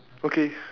okay